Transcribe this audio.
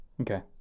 okay